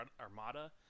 armada